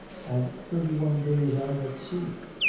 and thirty-one days out at sea,